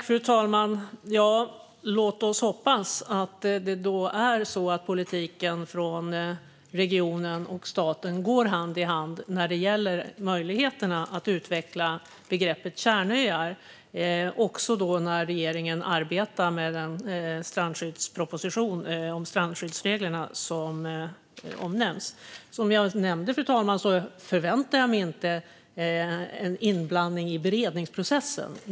Fru talman! Ja, låt oss då hoppas att det är så att politiken från regionen går hand i hand med politiken från staten när det gäller möjligheterna att utveckla begreppet kärnöar - också när regeringen arbetar med den proposition om strandskyddsreglerna som omnämns. Som jag nämnde förväntar jag mig inte en inblandning i beredningsprocessen, fru talman.